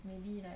maybe like